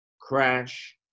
crash